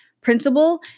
principal